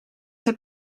heb